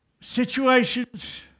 situations